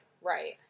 Right